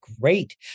great